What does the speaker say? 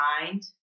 mind